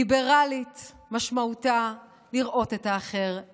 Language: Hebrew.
ליברלית משמעותה לראות את האחר,